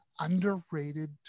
underrated